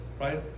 right